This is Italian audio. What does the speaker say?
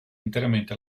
interamente